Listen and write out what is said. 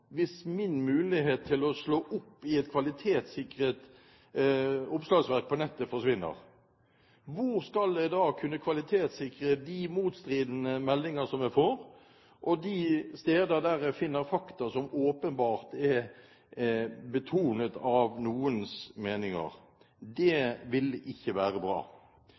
hvis min mulighet til å slå opp i et kvalitetssikret oppslagsverk på nettet forsvinner. Hvor skal jeg da kunne kvalitetssikre de motstridende meldinger som jeg får, og de steder der jeg finner fakta som åpenbart er betonet av noens meninger? Det ville ikke være bra.